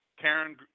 Karen